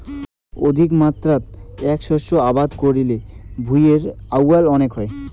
অধিকমাত্রাত এ্যাক শস্য আবাদ করিলে ভূঁইয়ের আউয়াল কণেক হয়